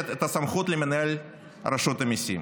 מנהל רשות המיסים